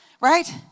Right